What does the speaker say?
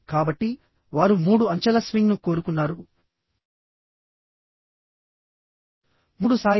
కాబట్టి వారు మూడు అంచెల స్వింగ్ను కోరుకున్నారు మూడు స్థాయిలలో